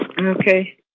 Okay